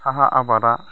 साहा आबादा